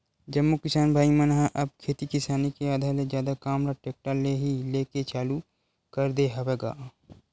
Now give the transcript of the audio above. जम्मो किसान भाई मन ह अब खेती किसानी के आधा ले जादा काम ल टेक्टर ले ही लेय के चालू कर दे हवय गा